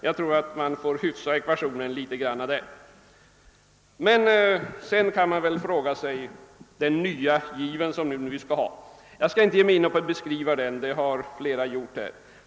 Jag tror att det finns anledning att något hyfsa denna ekvation. Jag skall inte ge mig in på någon beskrivning av »den nya given«; det har många andra gjort.